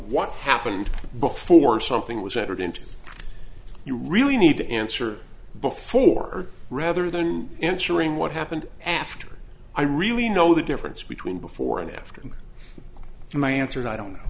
what happened before something was entered into you really need to answer before rather than answering what happened after i really know the difference between before and after and my answer is i don't know